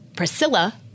Priscilla